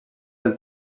del